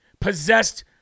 possessed